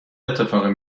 اتفاقی